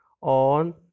on